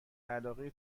علاقه